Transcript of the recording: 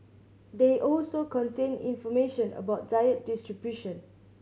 they also contain information about diet distribution